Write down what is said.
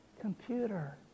computer